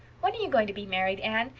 when are you going to be married, anne?